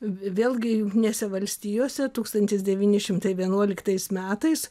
vėlgi jungtinėse valstijose tūkstantis devyni šimtai vienuoliktais metais